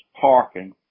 parking